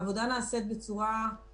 לעסקים חדשים מתוך ההנחה שיש סיכוי